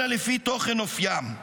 אלא לפי תוכן אופיים,